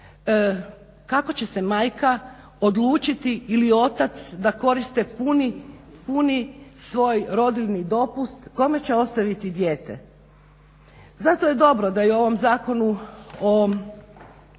Kako će se majka odlučiti ili otac da koriste puni svoj rodiljni dopust. Kome će ostaviti dijete? Zato je dobro da i u ovom Zakonu o